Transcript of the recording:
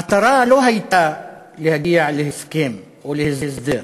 המטרה לא הייתה להגיע להסכם או להסדר.